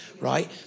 right